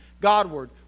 Godward